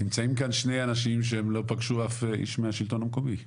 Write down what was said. נמצאים כאן שני אנשים שהם לא פגשו אף איש משלטון המקומי.